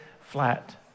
flat